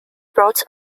brought